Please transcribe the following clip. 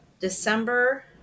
December